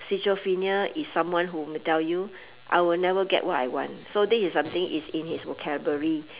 schizophrenia is someone who will tell you I will never get what I want so this is something is in his vocabulary